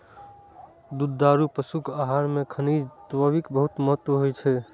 दुधारू पशुक आहार मे खनिज तत्वक बहुत महत्व होइ छै